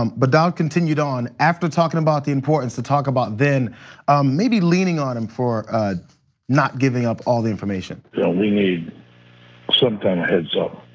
um but, dowd continued to on after talking about the importance to talk about then maybe leaning on him for ah not giving up all the information. so we need some kind of heads up.